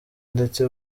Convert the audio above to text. ndetse